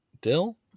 Dill